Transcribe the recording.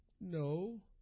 No